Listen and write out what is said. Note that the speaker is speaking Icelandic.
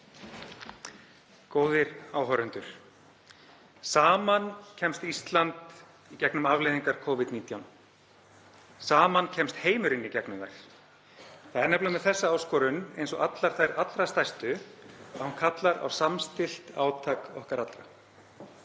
Góðir áheyrendur. Saman kemst Ísland í gegnum afleiðingar Covid-19. Saman kemst heimurinn í gegnum þær. Það er nefnilega með þessa áskorun eins og allar þær allra stærstu, að hún kallar á samstillt átak okkar allra.